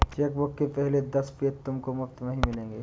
chequebook के पहले दस पेज तुमको मुफ़्त में ही मिलेंगे